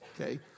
Okay